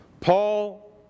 Paul